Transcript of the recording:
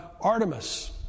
Artemis